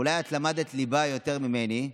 אולי את למדת ליבה יותר ממני,